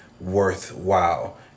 worthwhile